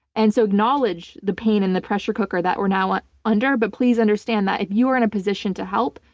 and so acknowledge the pain and the pressure cooker that were now under, but please understand that if you are in a position to help,